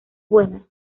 buena